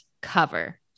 cover